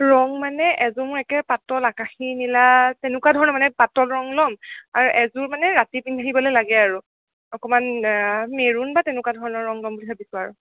ৰং মানে এযোৰ মই একেবাৰে পাতল আকাশী নীলা তেনেকুৱা ধৰণৰে মানে পাতল ৰং ল'ম আৰু এযোৰ মানে ৰাতি পিন্ধিবলৈ লাগে আৰু অকণমান মেৰুণ বা তেনেকুৱা ধৰণৰ ৰং ল'ম বুলি ভাবিছোঁ আৰু